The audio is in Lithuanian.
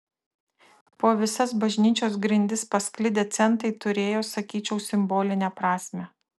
po visas bažnyčios grindis pasklidę centai turėjo sakyčiau simbolinę prasmę